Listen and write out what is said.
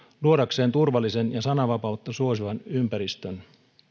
luodakseen turvallisen ja sananvapautta suosivan ympäristön